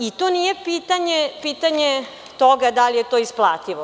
I to nije pitanje toga da li je to isplativo.